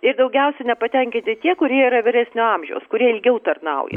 ir daugiausia nepatenkinti tie kurie yra vyresnio amžiaus kurie ilgiau tarnauja